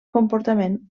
comportament